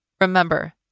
Remember